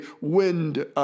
Wind